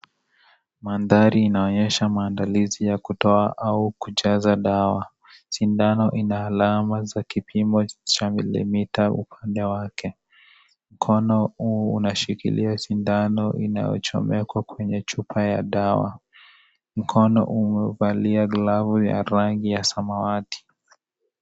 Mandhari inaonyesha maandalizi ya kutoa au kujaza dawa, sindano ina alama za kipimo za milimita ya dawa, mkono huu unashikilia sindano inayochomekwa kwenye chupa ya dawa mkono umevalia glovu ya rangi ya samawati.